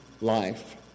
life